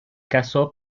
caso